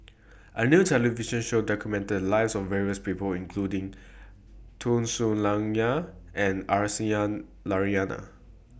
A New television Show documented The Lives of various People including Tun Sri Lanang and Aisyah Lyana